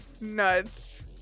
nuts